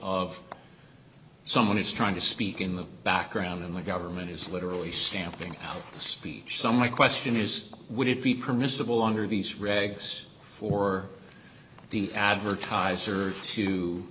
of someone is trying to speak in the background and the government is literally stamping out the speech some my question is would it be permissible under these regs for advertisers to